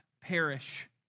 perish